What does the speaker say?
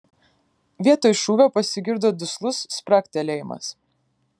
vietoj šūvio pasigirdo duslus spragtelėjimas